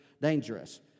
dangerous